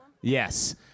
Yes